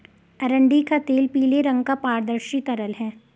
अरंडी का तेल पीले रंग का पारदर्शी तरल है